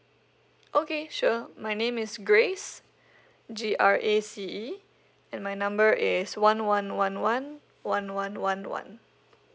okay sure my name is grace G R A C E and my number is one one one one one one one one